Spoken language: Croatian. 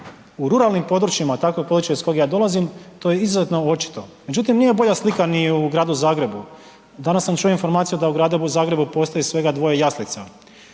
U ruralnim područjima, a tako je područje iz kojeg ja dolazim, to je izuzetno očito, međutim nije bolja slika ni u Gradu Zagrebu. Danas sam čuo informaciju da u Gradu Zagrebu postoje svega dvoje jaslice.